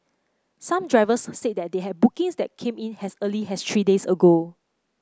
some drivers said that they had bookings that came in as early as three days ago